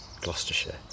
Gloucestershire